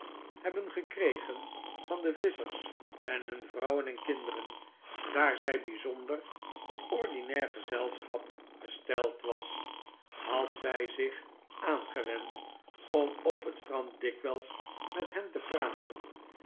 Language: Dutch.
hebben gekregen van de visschers en hun vrouwen en kinderen daar zij bijzonder op ordinair gezelschap gesteld was had zij zich aangewend om op het strand dikwijls met hen te praten